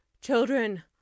Children